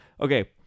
Okay